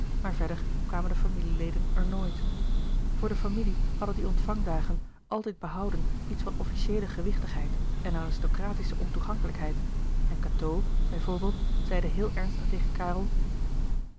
maar verder kwamen de familieleden er nooit voor de familie hadden die ontlouis couperus de boeken der kleine zielen vangdagen altijd behouden iets van officieele gewichtigheid en aristocratische ontoegankelijkheid en cateau bij voorbeeld zeide heel ernstig tegen karel